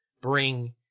bring